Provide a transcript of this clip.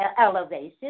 elevation